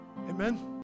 Amen